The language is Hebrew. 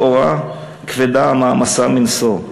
לכאורה, כבדה המעמסה מנשוא,